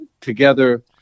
together